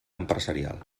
empresarial